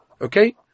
Okay